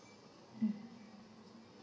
mm